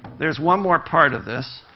there's one more part of this.